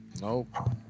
Nope